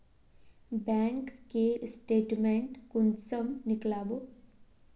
Bank के statement कुंसम नीकलावो?